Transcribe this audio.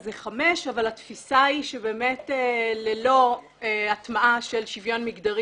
זה SDG5 אבל התפיסה היא שבאמת ללא הטמעה של שוויון מיגדרי